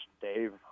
Dave